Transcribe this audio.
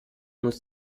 muss